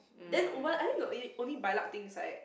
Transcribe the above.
then Uber I think the only only by luck thing is like